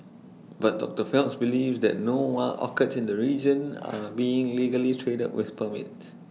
but doctor Phelps believes that no wild orchids in the region are being legally traded with permits